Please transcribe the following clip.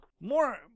More